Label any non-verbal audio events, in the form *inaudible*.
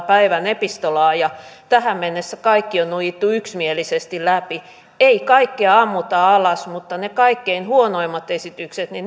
*unintelligible* päivän epistolaa ja tähän mennessä kaikki on nuijittu yksimielisesti läpi ei kaikkea ammuta alas mutta ne kaikkein huonoimmat esitykset